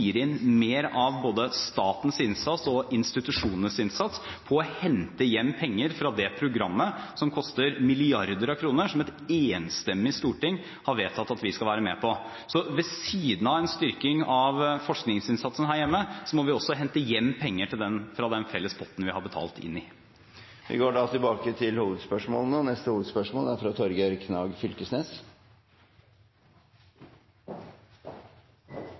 inn mer av både statens og institusjonenes innsats når det gjelder å hente hjem penger fra det programmet som koster milliarder av kroner, som et enstemmig storting har vedtatt at vi skal være med på. Ved siden av en styrking av forskningsinnsatsen her hjemme, må vi også hente hjem penger fra den felles potten vi har betalt inn til. Vi går